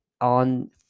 on